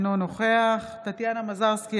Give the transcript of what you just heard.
אינו נוכח טטיאנה מזרסקי,